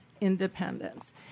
independence